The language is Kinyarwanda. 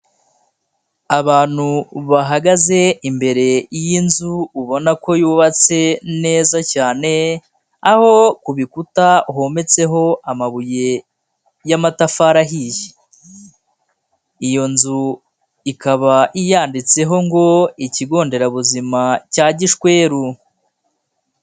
Abantu bahagaze imbere y'inzu ubona ko yubatse neza cyane, aho ku bikuta hometseho amabuye y'amatafari ahiye. Iyo nzu ikaba yanditseho ngo ikigo nderabuzima cya Gishweru.